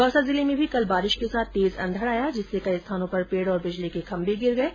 दौसा जिले में भी कल बारिश के साथ तेज अंघड आया जिससे कई स्थानो पर पेड और बिजली के खम्मे गिर गये